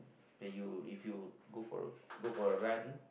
then you if you go for a go for a run